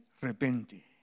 repente